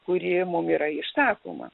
kuri mum yra išsakoma